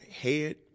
head